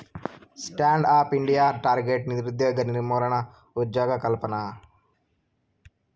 stand up India target నిరుద్యోగ నిర్మూలన, ఉజ్జోగకల్పన